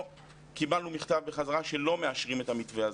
קיבלנו מכתב בחזרה שלא מאשרים את המתווה הזה.